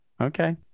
Okay